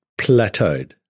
plateaued